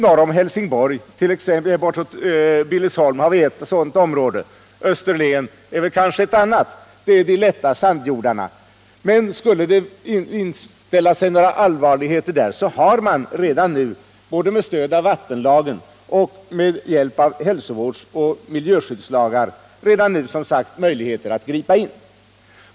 Norr om Helsingborg och bortåt Billesholm har vi t.ex. ett sådant område, och Österlen är kanske ett annat. Det är områden med lätta sandjordar. Men skulle det uppstå allvarliga problem har man redan nu, både med stöd av vattenlagen och med hjälp av hälsovårdsoch miljöskyddslagar, möjligheter att gripa in.